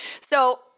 So-